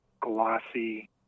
glossy